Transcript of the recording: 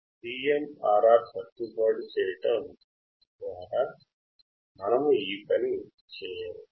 CMRR సర్దుబాటు చేయడం మనము ఈ పని చేయవచ్చు